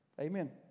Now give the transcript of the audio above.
Amen